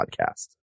podcast